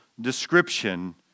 description